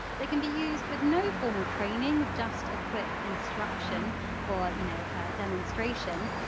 they can be used with no formal training, just a quick instruction or you know demonstration.